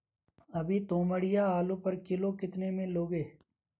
अभी तोमड़िया आलू पर किलो कितने में लोगे?